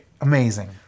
amazing